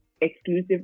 exclusive